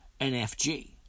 NFG